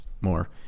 more